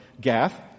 Gath